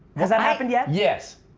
has that happened yet? yes.